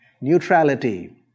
Neutrality